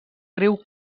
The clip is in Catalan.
riu